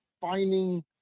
finding